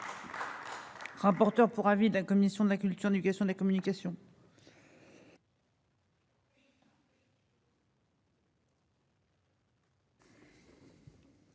Rapporteur pour avis de la commission de la culture l'éducation et de la communication.